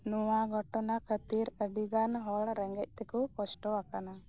ᱱᱚᱣᱟ ᱜᱚᱴᱚᱱᱟ ᱠᱷᱟᱹᱛᱤᱨ ᱟ ᱰᱤᱜᱟᱱ ᱦᱚᱲ ᱨᱮᱸᱜᱮᱡ ᱛᱮᱠᱚ ᱠᱚᱥᱴᱚᱣᱟᱠᱟᱱᱟ